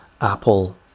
apple